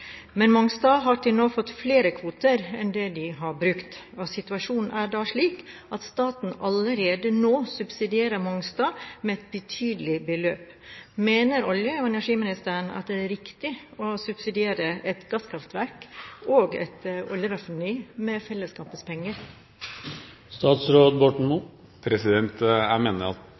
Men Mongstad har til nå fått flere kvoter enn det de har brukt. Situasjonen er da slik at staten allerede nå subsidierer Mongstad med et betydelig beløp. Mener olje- og energiministeren at det er riktig å subsidiere et gasskraftverk og et oljeraffineri med fellesskapets penger? Jeg mener det er viktig at vi har langsiktige og forutsigbare rammevilkår for drift at